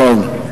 נכון.